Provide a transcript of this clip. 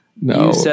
No